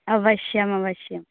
अवश्यम् अवश्यम्